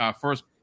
first